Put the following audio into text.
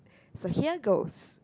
so here goes